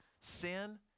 sin